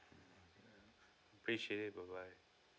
appreciate it bye bye